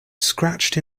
scratched